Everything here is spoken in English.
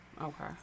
Okay